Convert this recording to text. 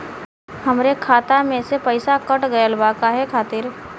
हमरे खाता में से पैसाकट गइल बा काहे खातिर?